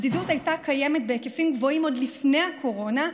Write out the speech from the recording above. הבדידות הייתה קיימת בהיקפים גבוהים עוד לפני הקורונה,